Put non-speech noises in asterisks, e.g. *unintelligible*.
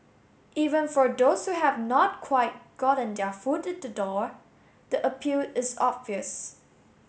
even for those who have not quite gotten their foot *unintelligible* the door the appeal is obvious